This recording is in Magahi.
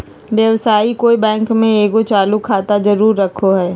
व्यवसायी कोय बैंक में एगो चालू खाता जरूर रखो हइ